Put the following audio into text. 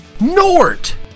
Nort